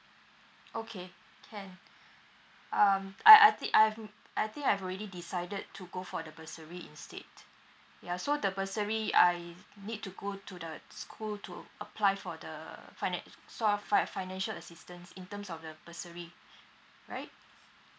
okay can um I I think I've I think I've already decided to go for the bursary instead ya so the bursary I need to go to the school to apply for the fina~ sort of fi~ financial assistance in terms of the bursary right